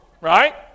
right